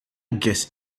guess